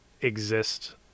exist